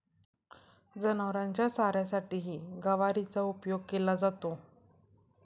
जनावरांच्या चाऱ्यासाठीही गवारीचा उपयोग केला जातो